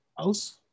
else